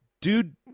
dude